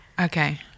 Okay